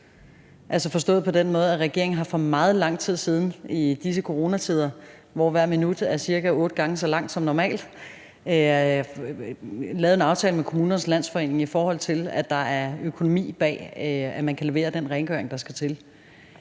forstået på den måde, at regeringen i disse coronatider, hvor hvert minut er cirka otte gange så langt, som normalt, for meget lang tid siden har lavet en aftale med Kommunernes Landsforening om, at der er økonomi bag, at der kan leveres den rengøring, der skal til.